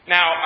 Now